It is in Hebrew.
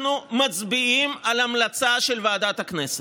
אנחנו מצביעים על המלצה של ועדת הכנסת.